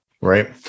right